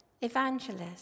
evangelist